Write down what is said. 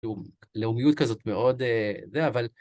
לאומיות כזאת מאוד, זה, אבל...